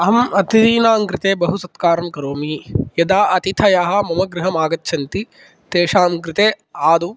अहम् अतिथीनां कृते बहुसत्कारं करोमि यदा अतिथयः मम गृहमागच्छन्ति तेषाङ्कृते आदौ